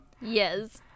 yes